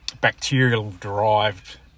bacterial-derived